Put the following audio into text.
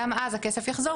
גם אז הכסף יחזור,